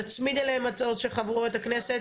נצמיד אליהן את ההצעות של חברות הכנסת,